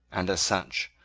and, as such,